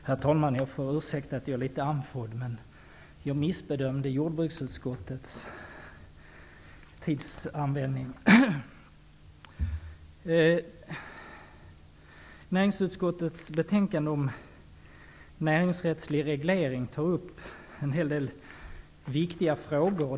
Herr talman! Jag ber om ursäkt för att jag är litet andfådd -- jag missbedömde vilken tid det skulle ta att behandla jordbruksutskottets betänkande. I näringsutskottets betänkande om näringsrättslig reglering tas det upp en hel del viktiga frågor.